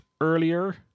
earlier